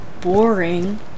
Boring